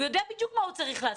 הוא יודע בדיוק מה הוא צריך לעשות,